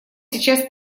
сейчас